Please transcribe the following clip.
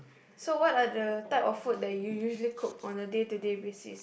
so what are the type of food that you usually cook on a day to day basis